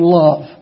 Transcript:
love